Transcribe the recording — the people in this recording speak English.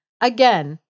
Again